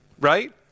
right